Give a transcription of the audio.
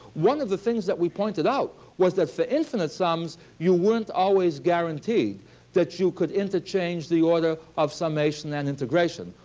one of the things that we pointed out was that for infinite sums, you weren't always guaranteed that you could interchange the order of summation and integration.